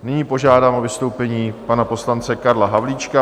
Nyní požádám o vystoupení pana poslance Karla Havlíčka.